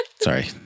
Sorry